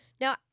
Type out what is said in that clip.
Now